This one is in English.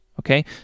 okay